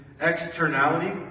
externality